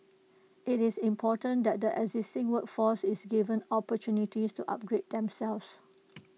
IT is important that the existing workforce is given opportunities to upgrade themselves